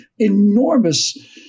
enormous